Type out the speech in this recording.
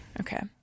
Okay